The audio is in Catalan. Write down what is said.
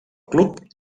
club